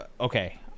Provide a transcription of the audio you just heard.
Okay